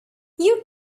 you